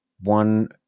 one